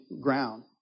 ground